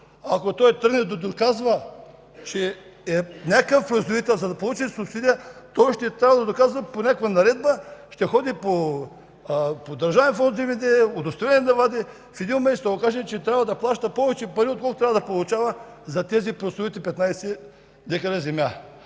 ако той тръгне да доказва, че е някакъв производител, за да получи субсидия, той ще трябва да доказва по някаква наредба, ще ходи по Държавен фонд „Земеделие” да вади удостоверения, в един момент ще се окаже, че трябва да плаща повече пари, отколкото трябва да получава за тези прословути 15 декара земя.